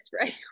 right